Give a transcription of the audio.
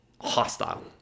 hostile